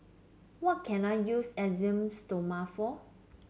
what can I use Esteem Stoma for